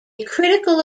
critical